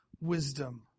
wisdom